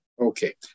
Okay